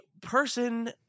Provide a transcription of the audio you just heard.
person